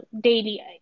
daily